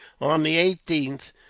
on the eighteenth,